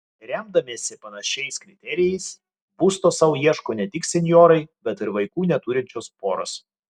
remdamiesi panašiais kriterijais būsto sau ieško ne tik senjorai bet ir vaikų neturinčios poros